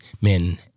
men